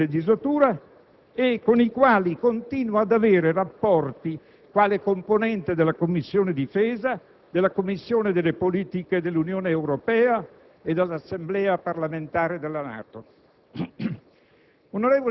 nella precedente legislatura, e con i quali continuo ad avere rapporti, quale componente della Commissione difesa, della Commissione politiche dell'Unione Europea e della delegazione parlamentare italiana